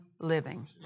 living